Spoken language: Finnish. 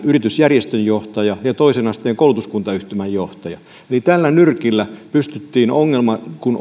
yritysjärjestön johtaja ja toisen asteen koulutuskuntayhtymän johtaja eli tällä nyrkillä pystyttiin ongelma kuin